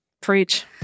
Preach